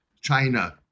China